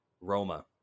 roma